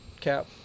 Cap